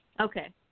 Okay